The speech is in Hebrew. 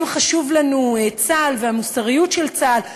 שאם חשובים לנו צה"ל והמוסריות של צה"ל,